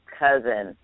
cousin